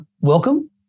Welcome